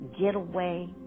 getaway